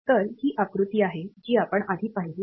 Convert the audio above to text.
तर ही आकृती आहे जी आपण आधी पाहिली आहे